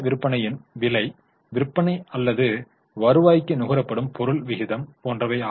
நல்ல விற்பனையின் விலை விற்பனை அல்லது வருவாய்க்கு நுகரப்படும் பொருள் விகிதம் போன்றவை